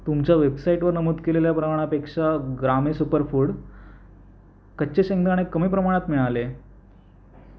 तुमच्या वेबसाईटवर नमूद केलेल्या प्रमाणापेक्षा ग्रामी सुपर फूड कच्चे शेंगदाणे कमी प्रमाणात मिळाले